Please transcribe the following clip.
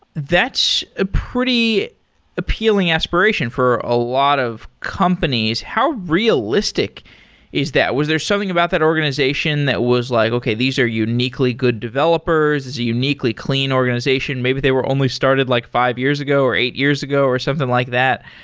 that's a pretty appealing aspiration for a lot of companies. how realistic is that? was there something about that organization that was like, okay, these are uniquely good developers. it's a uniquely clean organization. maybe they were only started like five years ago or eight years ago or something like that.